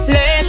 Let